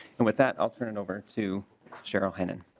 and with that i'll turn it over to cheryl henning.